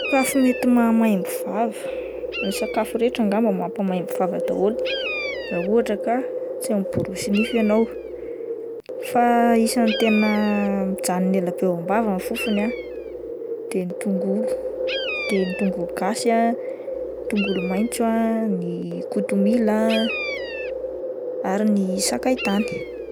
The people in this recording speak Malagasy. Sakafo mety maha maimbo vava, ny sakafo rehetra angamba mampa maimbo vava daholo raha ohatra ka tsy miborosy nify ianao, fa isan'ny tena mijanona ela be ao am-bava ny fofony ah de ny tongolo, de ny tongolo gasy ah, tongolo maintso ah, ny kotomila ah, ary ny sakay tany.